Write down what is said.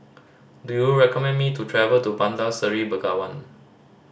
do you recommend me to travel to Bandar Seri Begawan